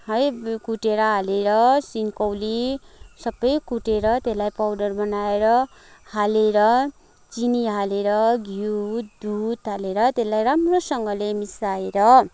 है कुटेर हालेर सिनकौली सबै कुटेर त्यसलाई पाउडर बनाएर हालेर चिनी हालेर घिउ दुध हालेर त्यसलाई राम्रोसँगले मिसाएर